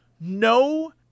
no